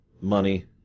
money